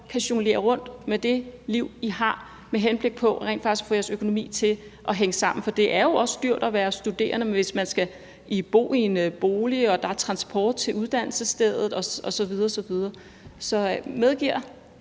kan jonglere rundt med de ting i jeres liv i forhold til at få jeres økonomi til at hænge sammen? For det er jo også dyrt at være studerende, hvis man skal bo i egen bolig og der er transport til uddannelsesstedet osv. osv. Så medgiver